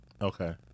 okay